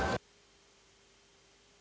Hvala